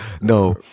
No